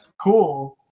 cool